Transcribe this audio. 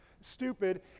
stupid